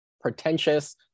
pretentious